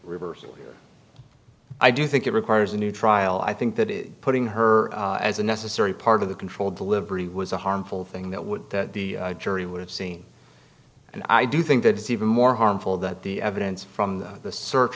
reversal here i do think it requires a new trial i think that is putting her as a necessary part of the controlled delivery was a harmful thing that would that the jury would have seen and i do think that it's even more harmful that the evidence from the search